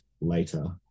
later